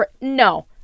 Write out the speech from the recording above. No